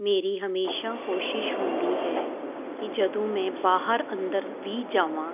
ਮੇਰੀ ਹਮੇਸ਼ਾ ਕੋਸ਼ਿਸ਼ ਹੁੰਦੀ ਹੈ ਕਿ ਜਦੋਂ ਮੈਂ ਬਾਹਰ ਅੰਦਰ ਵੀ ਜਾਵਾਂ